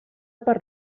per